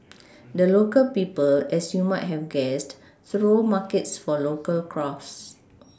the local people as you might have guessed throw markets for local crafts